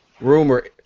Rumor